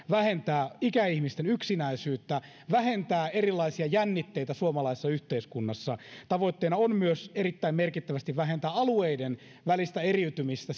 vähentää ikäihmisten yksinäisyyttä vähentää erilaisia jännitteitä suomalaisessa yhteiskunnassa tavoitteena on myös erittäin merkittävästi vähentää alueiden välistä eriytymistä